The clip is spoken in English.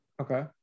okay